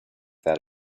that